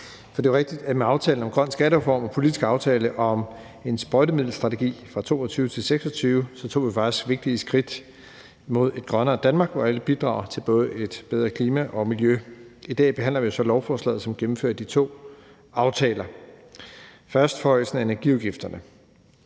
For det er jo rigtigt, at vi med aftalen om en grøn skattereform og en politisk aftale om en sprøjtemiddelstrategi fra 2022 til 2026 faktisk har taget vigtige skridt mod et grønnere Danmark, hvor alle bidrager til både et bedre klima og miljø. I dag behandler vi så lovforslaget, som gennemfører de to aftaler. Først er der forhøjelsen af energiafgifterne: